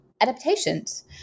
adaptations